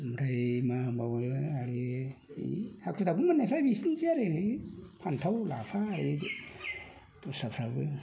ओमफ्राय मा होनबावनो आरो ओइ हाखु दाखु मोननायफ्रा बिसोरनोसै आरो ओइ फान्थाव लाफा दस्राफ्राबो